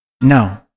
No